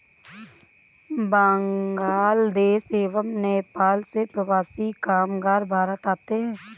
बांग्लादेश एवं नेपाल से प्रवासी कामगार भारत आते हैं